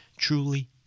Truly